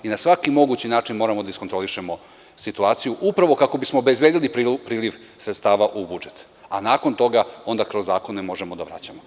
I na svaki mogući način moramo da iskontrolišemo situaciju upravo kako bismo obezbedili priliv sredstava u budžet, a nakon toga onda možemo kroz zakone da vraćamo.